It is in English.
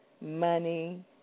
money